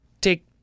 take